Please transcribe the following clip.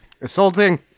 Assaulting